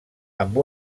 amb